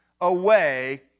away